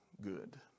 good